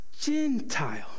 Gentile